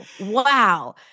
Wow